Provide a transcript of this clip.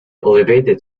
elevated